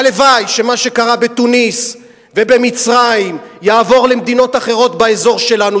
הלוואי שמה שקרה בתוניסיה ובמצרים יעבור למדינות אחרות באזור שלנו,